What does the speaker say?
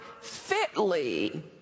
fitly